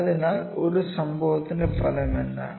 അതിനാൽ ഒരു സംഭവത്തിന്റെ ഫലം എന്താണ്